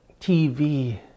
TV